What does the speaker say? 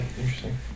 interesting